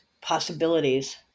possibilities